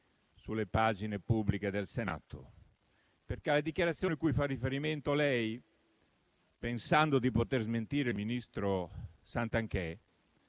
sulle pagine pubbliche del Senato, perché la dichiarazione cui ha fatto riferimento, pensando di smentire il ministro Santanchè,